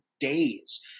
Days